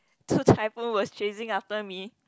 two typhoons were chasing after me